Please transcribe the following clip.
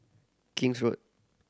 King's Road